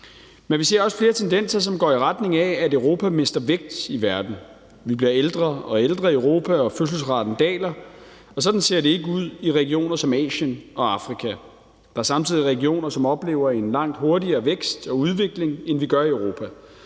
Men vi ser også flere tendenser, som går i retning af, at Europa mister vægt i verden. Vi bliver ældre og ældre i Europa, og fødselsraten daler, og sådan ser det ikke ud i regioner som Asien og Afrika, der samtidig er regioner, som oplever en langt hurtigere vækst og udvikling, end vi gør i Europa.